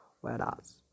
whereas